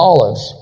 Olives